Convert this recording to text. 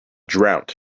drought